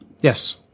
Yes